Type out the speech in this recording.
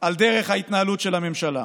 על דרך ההתנהלות של הממשלה.